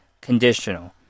conditional